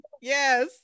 Yes